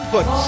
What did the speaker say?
Put